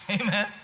amen